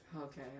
okay